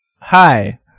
Hi